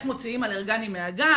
איך מוציאים אלרגנים מהגן,